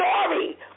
story